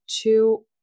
two